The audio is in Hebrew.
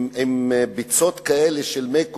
עם ביצות כאלה של מי קולחין,